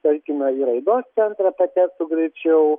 tarkime į raidos centrą patektų greičiau